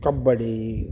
kabaddi